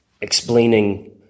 explaining